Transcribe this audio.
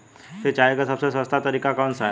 सिंचाई का सबसे सस्ता तरीका कौन सा है?